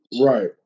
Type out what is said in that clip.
Right